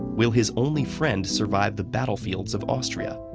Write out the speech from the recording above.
will his only friend survive the battlefields of austria?